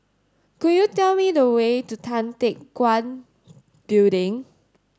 could you tell me the way to Tan Teck Guan Building